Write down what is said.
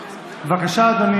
בבקשה, אדוני.